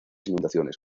inundaciones